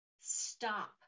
stop